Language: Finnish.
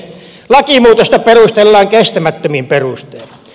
lakimuutosta perustellaan kestämättömin perustein